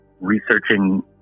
researching